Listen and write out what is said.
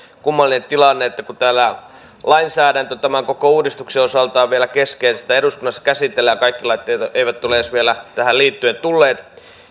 kummallinen tilanne että kun täällä lainsäädäntö tämän koko uudistuksen osalta on vielä kesken sitä eduskunnassa käsitellään kaikki lait eivät eivät ole edes vielä tähän liittyen tulleet